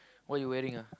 what you wearing ah